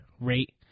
rate